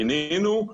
פינינו,